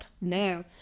No